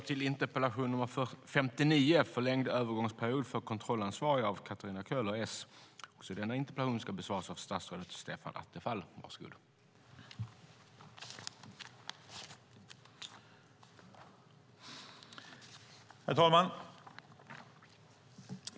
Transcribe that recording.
Herr talman!